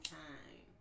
time